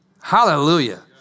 Hallelujah